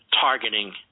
targeting